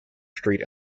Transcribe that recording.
street